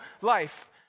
life